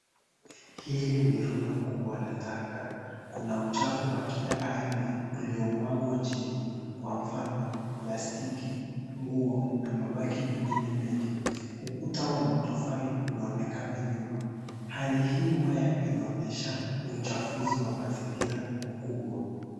Hili ni rundo kubwa la taka, kuna uchafu wa kila aina uliyomwagwa chini kwa mfano, plastiki, nguo na mabaki mengine mengi. Ukuta wa matofali unaonekana nyuma. Hali hii mbaya inaonyesha uchafunzi wa mazingira mkubwa.